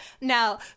Now